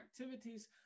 activities